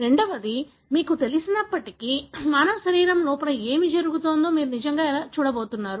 రెండవది మీకు తెలిసినప్పటికీ మానవ శరీరం లోపల ఏమి జరుగుతుందో మీరు నిజంగా ఎలా చూడబోతున్నారు